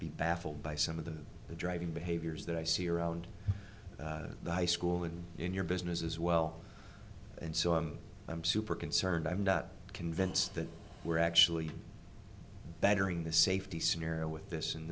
be baffled by some of the driving behaviors that i see around the high school and in your business as well and so i'm i'm super concerned i'm not convinced that we're actually bettering the safety scenario with this and